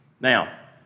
Now